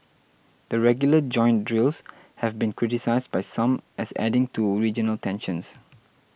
the regular joint drills have been criticised by some as adding to regional tensions